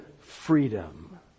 freedom